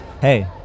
Hey